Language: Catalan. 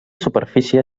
superfície